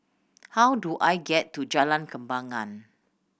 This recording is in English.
how do I get to Jalan Kembangan